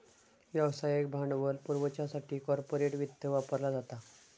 व्यवसायाक भांडवल पुरवच्यासाठी कॉर्पोरेट वित्त वापरला जाता